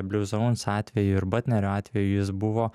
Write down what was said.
bliuzauns atveju ir batnerio atveju jis buvo